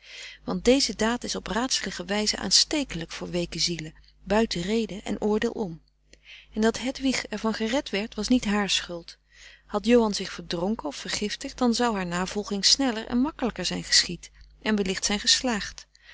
want deze daad is op raadselige wijze aanstekelijk voor weeke zielen buiten rede en oordeel om en dat hedwig er van gered werd was niet haar schuld had johan zich verdronken of vergiftigd dan zou haar navolging sneller en makkelijker zijn geschied en wellicht zijn geslaagd